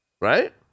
right